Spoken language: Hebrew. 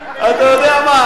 אתה יודע מה,